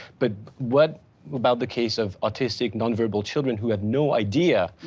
but what about the case of autistic nonverbal children who have no idea,